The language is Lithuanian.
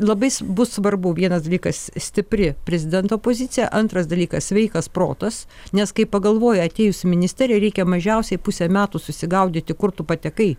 labais bus svarbu vienas dalykas stipri prezidento pozicija antras dalykas sveikas protas nes kai pagalvoji atėjus į ministeriją reikia mažiausiai pusę metų susigaudyti kur tu patekai